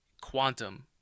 quantum